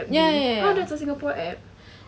!huh! that's a singapore app